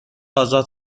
آزاد